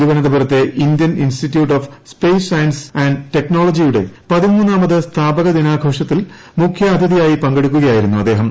തിരുവനന്തപുരത്തെ Indian Institute of Space Science and ടെക്നോളജിയുടെപതിമൂന്നാമത് സ്ഥാപകദിനാഘോഷത്തിൽ മുഖ്യാതിഥിയായി പങ്കെടുക്കുകയായിരുന്നു അദ്ദേഹം